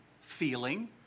feeling